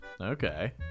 okay